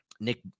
Nick